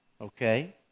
okay